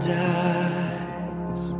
dies